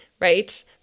Right